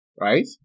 right